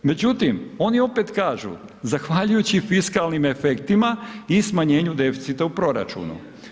Međutim, oni opet kažu, zahvaljujući fiskalnim efektima i smanjenju deficita u proračunu.